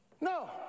No